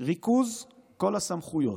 'ריכוז כל הסמכויות,